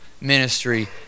ministry